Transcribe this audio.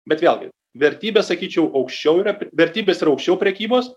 bet vėlgi vertybės sakyčiau aukščiau yra vertybės yra aukščiau prekybos